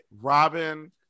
Robin